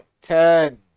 Ten